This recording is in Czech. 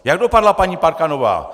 Jak dopadla paní Parkanová?